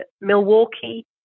Milwaukee